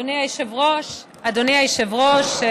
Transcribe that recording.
אדוני היושב-ראש,